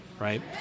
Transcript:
right